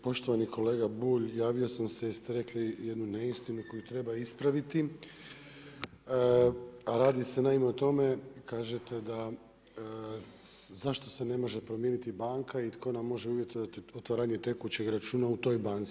Poštovani kolega Bulj, javio sam se jer ste rekli jednu neistinu koju treba ispraviti a radi se naime o tome, kažete da zašto se ne može promijeniti banka i tko nam može uvjetovati otvaranje tekućeg računa u toj banci.